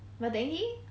but technically